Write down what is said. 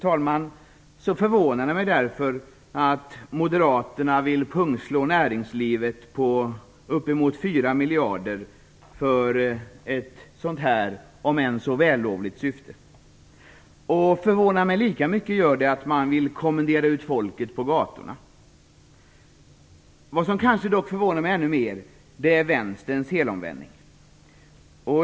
Sammantaget förvånar det mig därför att Moderaterna vill pungslå näringslivet på uppemot 4 miljarder för ett sådant om än så vällovligt syfte. Det förvånar mig lika mycket att man vill kommendera ut folket på gatorna. Vad som dock kanske förvånar mig ännu mer är Vänsterns helomvändning.